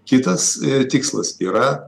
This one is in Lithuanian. kitas tikslas yra